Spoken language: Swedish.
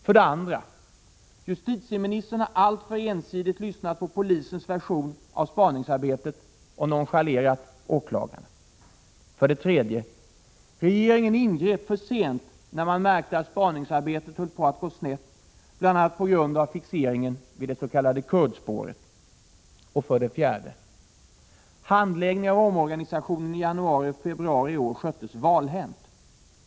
För det andra: Justitieministern har alltför ensidigt lyssnat på polisens version av spaningsarbetet och nonchalerat åklagarna. För det tredje: Regeringen ingrep för sent när man märke att spaningsarbetet höll på att gå snett, bl.a. på grund av fixeringen vid dets.k. kurdspåret. För det fjärde: Handläggningen av omorganisationen i januari och februari i år sköttes valhänt.